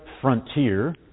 frontier